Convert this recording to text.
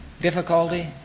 difficulty